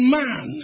man